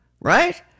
right